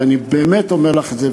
ואני באמת אומר לך את זה,